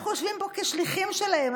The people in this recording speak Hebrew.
אנחנו יושבים פה כשליחים שלהם.